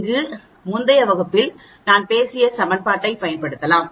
இங்கு முந்தைய வகுப்பில் நான் பேசிய சமன்பாட்டைப் பயன்படுத்தலாம்